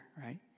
right